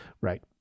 right